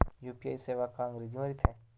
UPI सेवा का अंग्रेजी मा रहीथे?